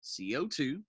CO2